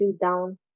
down